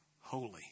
holy